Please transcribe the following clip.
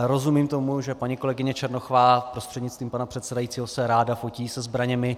Rozumím tomu, že paní kolegyně Černochová, prostřednictvím pana předsedajícího, se ráda fotí se zbraněmi.